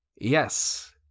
yes